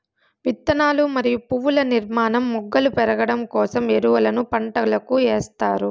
విత్తనాలు మరియు పువ్వుల నిర్మాణం, మొగ్గలు పెరగడం కోసం ఎరువులను పంటలకు ఎస్తారు